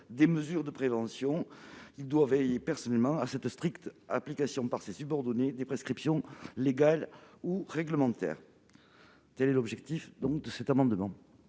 des mesures de prévention. Il doit veiller personnellement à la stricte application par ses subordonnés des prescriptions légales ou réglementaires. L'amendement